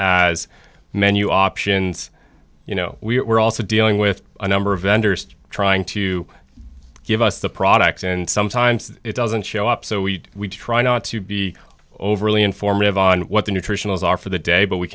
as menu options you know we are also dealing with a number of vendors trying to give us the products and sometimes it doesn't show up so we try not to be overly informative on what the nutritionals are for the day but we